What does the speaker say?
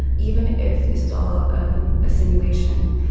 even if this is all a simulation,